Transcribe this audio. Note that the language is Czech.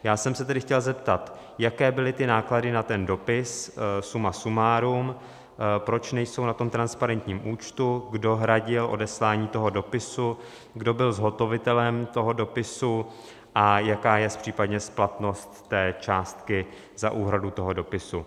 Já jsem se tedy chtěl zeptat, jaké byly náklady na ten dopis suma sumárum, proč nejsou na tom transparentním účtu, kdo hradil odeslání toho dopisu, kdo byl zhotovitelem toho dopisu a jaká je případně splatnost částky za úhradu toho dopisu.